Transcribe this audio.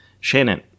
shannon